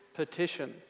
petition